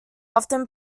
often